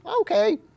Okay